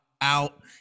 out